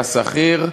השכיר,